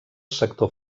sector